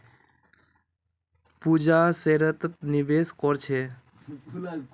पूजा शेयरत निवेश कर छे